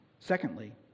Secondly